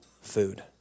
food